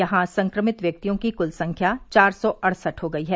यहां संक्रमित व्यक्तियों की कुल संख्या चार सौ अड़सठ हो गई है